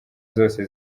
zose